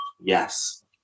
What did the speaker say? Yes